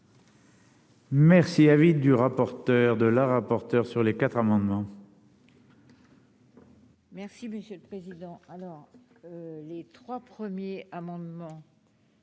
Merci, avis du rapporteur de la rapporteure sur les quatre amendements. Merci monsieur le président, alors les 3 premiers amendements.